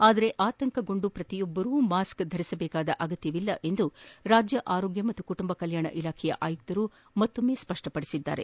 ಆದರೆ ಆತಂಕಗೊಂಡು ಪ್ರತಿಯೊಬ್ಬರು ಮಾಸ್ಕ್ ಧರಿಸುವ ಅಗತ್ಯವಿಲ್ಲ ಎಂದು ರಾಜ್ಯ ಆರೋಗ್ಯ ಮತ್ತು ಕುಟುಂಬ ಕಲ್ಕಾಣ ಇಲಾಖೆ ಆಯುಕ್ತರು ಮತ್ತೊಮ್ಮೆ ಸ್ಪಪ್ಪಪಡಿಸಿದ್ದಾರೆ